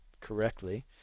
correctly